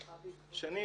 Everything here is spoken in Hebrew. שנית,